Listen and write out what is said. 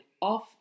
off